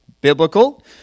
biblical